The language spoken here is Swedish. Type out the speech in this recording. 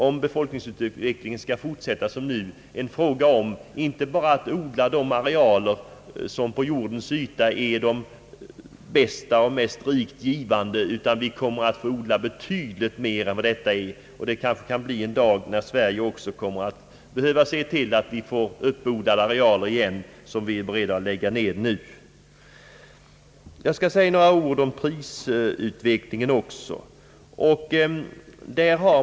Om befolkningsutvecklingen fortsätter som nu, blir det i framtiden nödvändigt att inte bara odla de arealer på jordens yta som är de bästa och mest rikt givande. Vi kommer att få odla betydligt mera än detta. Det kan komma en dag när Sverige också behöver uppodla på nytt de arealer som vi är beredda att lägga ned nu. Jag skall också säga några ord om prisutvecklingen.